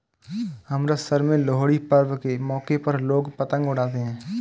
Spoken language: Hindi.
अमृतसर में लोहड़ी पर्व के मौके पर लोग पतंग उड़ाते है